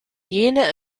jene